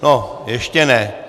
No, ještě ne.